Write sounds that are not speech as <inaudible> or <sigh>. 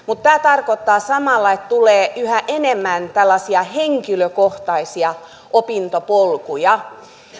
<unintelligible> mutta tämä tarkoittaa samalla että tulee yhä enemmän tällaisia henkilökohtaisia opintopolkuja